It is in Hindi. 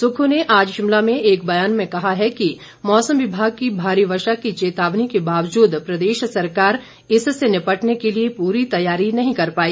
सुक्खू ने आज शिमला में एक बयान में कहा है कि मौसम विभाग की भारी वर्षा की चेतावनी के बावजूद प्रदेश सरकार इससे निपटने के लिए पुरी तैयारी नहीं कर पाई